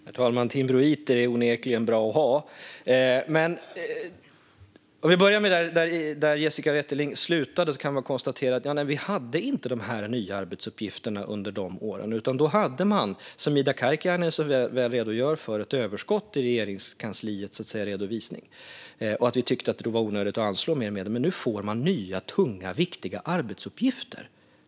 Herr talman! Timbroiter är onekligen bra att ha. Men för att börja där Jessica Wetterling slutade kan jag konstatera att vi inte hade de här nya arbetsuppgifterna under de åren. Då hade man, som Ida Karkiainen så väl redogjorde för, ett överskott i Regeringskansliets redovisning, och då tyckte vi att det var onödigt att anslå mer medel. Men nu får man nya tunga, viktiga arbetsuppgifter.